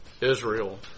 Israel